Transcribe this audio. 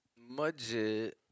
Majid